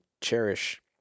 cherish